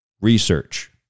research